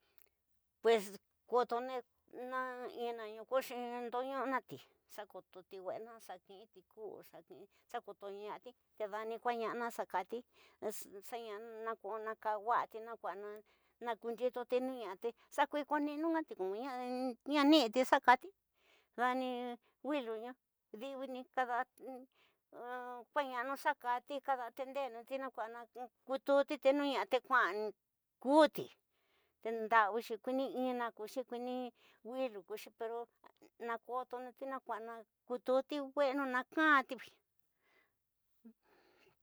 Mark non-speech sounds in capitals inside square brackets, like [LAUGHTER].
Pues kotoni la ina koxi nduñu'unati xa ku tuti we'ena, xa ki'iti, ku'u, xa koto ña'ati, te dani kuana'ana xa kati, xaña'ana na kaa woxaña na kuana na kunyito, no ñasa te xa kui koni, nuña ñu†i comoña, ña niti xa kati, dani wili ñu ñuni kada [HESITATION] kuañanaña xa kati kada atender nati na kuanana kututi te no ñasa te kuña, kuti te ñdawi xi kuiñi ñna kuxi, kuiñi wili kuxi pero na kotonu tina kua'a kututi we'enu na kaativaya. [NOISE]